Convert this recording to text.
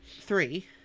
three